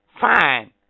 Fine